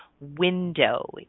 window